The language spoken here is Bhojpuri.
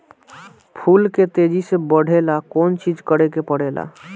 फूल के तेजी से बढ़े ला कौन चिज करे के परेला?